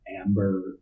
amber